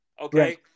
Okay